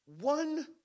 one